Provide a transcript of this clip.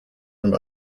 from